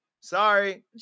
Sorry